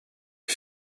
est